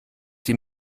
die